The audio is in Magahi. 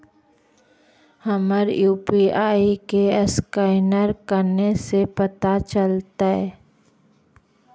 हमर यु.पी.आई के असकैनर कने से पता चलतै?